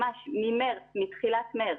ממש ממרץ, מתחיל מרץ.